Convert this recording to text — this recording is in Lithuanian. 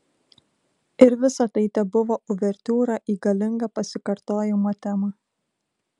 ir visa tai tebuvo uvertiūra į galingą pasikartojimo temą